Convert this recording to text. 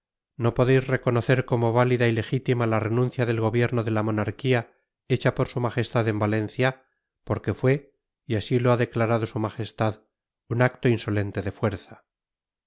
no podéis reconocer como válida y legítima la renuncia del gobierno de la monarquía hecha por su majestad en valencia porque fue y así lo ha declarado su majestad un acto insolente de fuerza